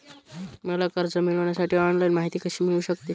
मला कर्ज मिळविण्यासाठी ऑनलाइन माहिती कशी मिळू शकते?